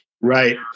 Right